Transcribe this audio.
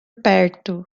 perto